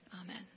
Amen